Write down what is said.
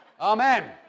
amen